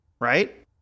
Right